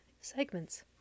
segments